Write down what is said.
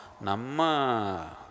nama